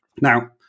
Now